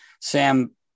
Sam